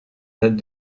dates